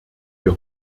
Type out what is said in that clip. wir